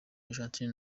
argentine